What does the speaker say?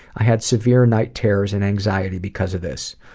i had severe night terrors and anxiety because of this.